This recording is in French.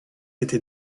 été